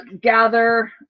gather